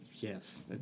Yes